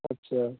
আচ্ছা